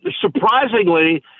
surprisingly